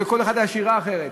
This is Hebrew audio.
לכל אחד הייתה שירה אחרת,